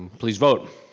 please vote.